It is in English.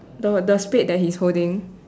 the the spade that he's holding